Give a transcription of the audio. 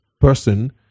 person